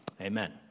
amen